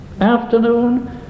afternoon